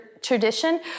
tradition